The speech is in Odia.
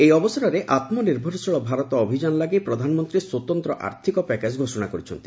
ଏହି ଅବସରରେ ଆତ୍ମନିର୍ଭରଶୀଳ ଭାରତ ଅଭିଯାନ ଲାଗି ପ୍ରଧାନମନ୍ତ୍ରୀ ସ୍ୱତନ୍ତ୍ର ଆର୍ଥିକ ପ୍ୟାକେଜ୍ ଘୋଷଣା କରିଛନ୍ତି